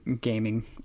gaming